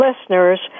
Listeners